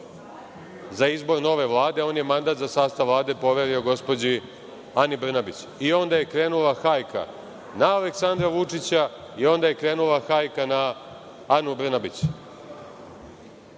za izbor nove Vlade, on je mandat za sastav Vlade poverio gospođi Ani Brnabić i onda je krenula hajka na Aleksandra Vučića i onda je krenula hajka na Anu Brnabić.